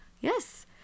Yes